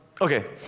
Okay